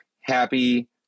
happy